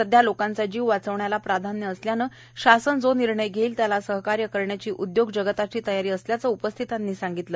सध्या लोकांचा जीव वाचवण्याला प्राधान्य असल्याने शासन जो निर्णय घेईल त्याला सहकार्य करण्याची उद्योग जगताची तयारी असल्याचे उपस्थितांनी सांगितले